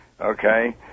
okay